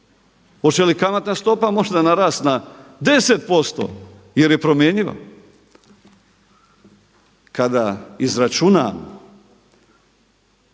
li kamatna stopa možda narast na 10% jer je promjenjiva? Kada izračunamo